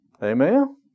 Amen